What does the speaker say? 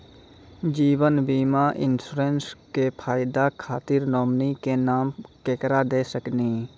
जीवन बीमा इंश्योरेंसबा के फायदा खातिर नोमिनी के नाम केकरा दे सकिनी?